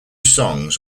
songs